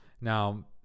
Now